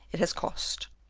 it has cost.